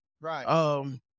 right